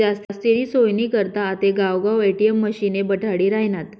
जास्तीनी सोयनी करता आते गावगाव ए.टी.एम मशिने बठाडी रायनात